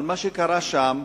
אבל מה שקרה שם,